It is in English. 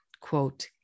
quote